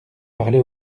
parler